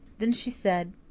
then she said,